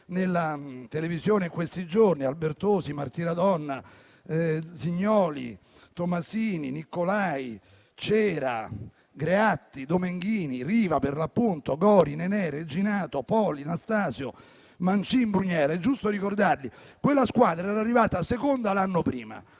in televisione in questi giorni: Albertosi, Martiradonna, Zignoli, Tomasini, Niccolai, Cera, Greatti, Domenghini, Riva, Gori, Nenè, Reginato, Poli, Nastasio, Mancin e Brugnera. È giusto ricordarli. Quella squadra era arrivata seconda l'anno prima,